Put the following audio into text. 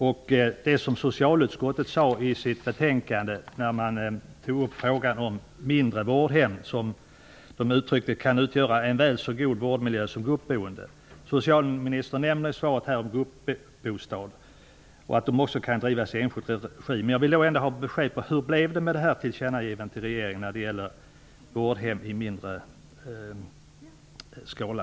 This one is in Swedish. När man tog upp frågan om mindre vårdhem uttalade socialutskottet i sitt betänkande att dessa kan utgöra en väl så god vårdmiljö som gruppboende. Socialministern nämnde gruppbostad i svaret och att en sådan också kan drivas i enskild regi. Jag vill ändå ha besked om hur det blev med tillkännagivandet till regeringen när det gäller vårdhem i mindre skala.